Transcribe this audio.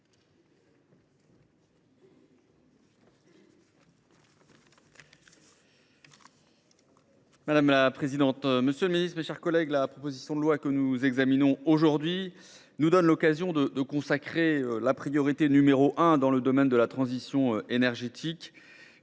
Madame la présidente, monsieur le ministre, mes chers collègues, la proposition de loi que nous examinons aujourd’hui nous donne l’occasion de consacrer la priorité numéro un dans le domaine de la transition énergétique